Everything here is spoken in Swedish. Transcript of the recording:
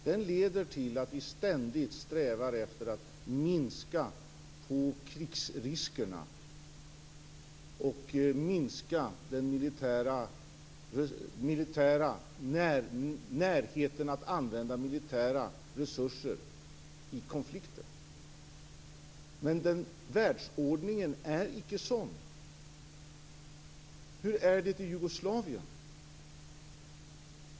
Den leder till att vi ständigt strävar efter att minska krigsriskerna och minska närheten att använda militära resurser i konflikter. Men världsordningen är icke sådan. Hur är det i Jugoslavien?